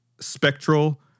spectral